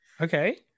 Okay